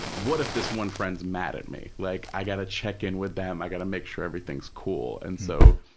what if this one friend is mad at me, like i got to check in with them, i've got to make sure everything's cool, and so,